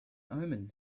omen